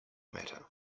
matter